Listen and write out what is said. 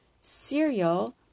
cereal